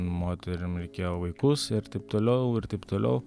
moterim reikėjo vaikus ir taip toliau ir taip toliau